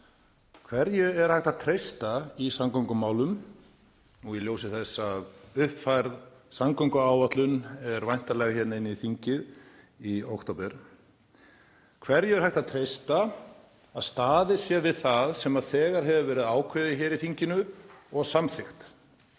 hverju sé hægt að treysta í samgöngumálum í ljósi þess að uppfærð samgönguáætlun er væntanleg hérna inn í þingið í október. Hverju er hægt að treysta? Að staðið verði við það sem þegar hefur verið ákveðið í þinginu og samþykkt,